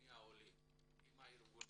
ארגוני העולים.